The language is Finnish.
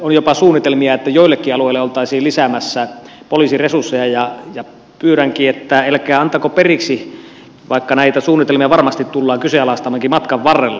on jopa suunnitelmia että joillekin alueille oltaisiin lisäämässä poliisin resursseja ja pyydänkin että älkää antako periksi vaikka näitä suunnitelmia varmasti tullaan kyseenalaistamaankin matkan varrella